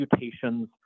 mutations